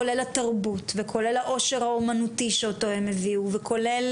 כולל התרבות וכולל העושר האומנותי שאותו הם הביאו וכולל